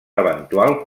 eventual